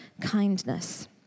kindness